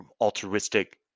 altruistic